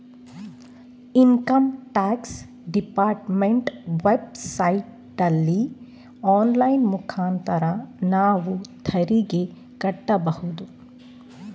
income tax department web ಸೈಟಲ್ಲಿ online ಮುಖಾಂತರ ನಾವು ತೆರಿಗೆ ಕಟ್ಟಬೋದು